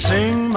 Sing